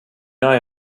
eye